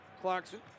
Clarkson